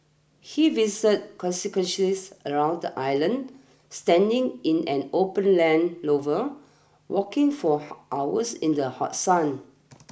he visited around the island standing in an open Land Rover walking for hours in the hot sun